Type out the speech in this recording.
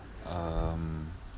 um